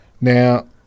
Now